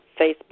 Facebook